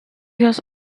has